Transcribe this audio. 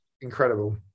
incredible